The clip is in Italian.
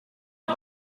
nel